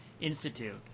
Institute